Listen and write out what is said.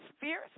Fierce